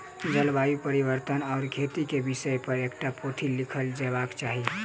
जलवायु परिवर्तन आ खेती के विषय पर एकटा पोथी लिखल जयबाक चाही